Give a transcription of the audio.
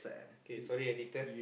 okay sorry editor